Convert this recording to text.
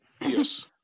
Yes